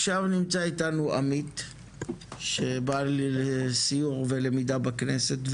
עכשיו נמצא איתנו עמית שבא לסיור ולמידה בכנסת,